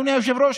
אדוני היושב-ראש,